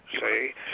say